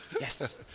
Yes